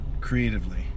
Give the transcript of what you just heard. Creatively